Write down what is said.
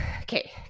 Okay